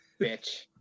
Bitch